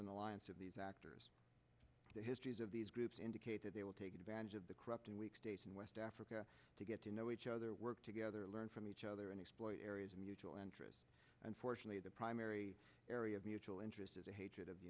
alliance of these actors the histories of these groups indicated they will take advantage of the corrupting weak states in west africa to get to know each other work together learn from each other and exploit areas of mutual interest and fortunately the primary area of mutual interest is a hatred of the